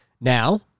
Now